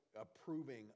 approving